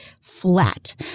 flat